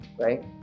right